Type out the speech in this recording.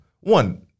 one